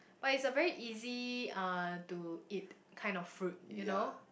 but it's a very easy uh to eat kind of fruit you know